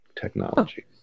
technology